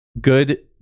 Good